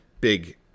big